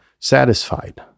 satisfied